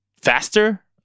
faster